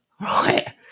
Right